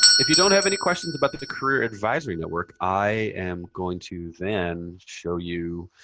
if you don't have any questions about the career advisory network, i am going to then show you